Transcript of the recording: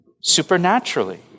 supernaturally